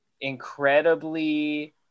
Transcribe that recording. incredibly